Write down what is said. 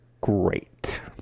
great